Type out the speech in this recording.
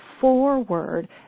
forward